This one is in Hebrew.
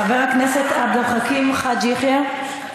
חבר הכנסת עבד אל חכים חאג' יחיא,